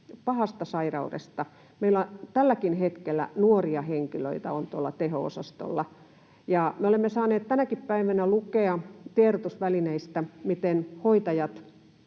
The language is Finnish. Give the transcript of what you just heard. pahasta sairaudesta. Meillä on tälläkin hetkellä nuoria henkilöitä tuolla teho-osastolla, ja me olemme saaneet tänäkin päivänä lukea tiedotusvälineistä, miten hoitajat,